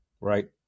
right